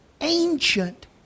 ancient